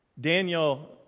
Daniel